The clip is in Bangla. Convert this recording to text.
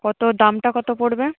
কত দামটা কত পড়বে